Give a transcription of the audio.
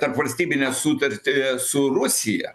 tarpvalstybinę sutartį su rusija